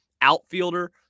outfielder